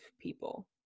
people